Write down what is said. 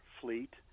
fleet